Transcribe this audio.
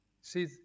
See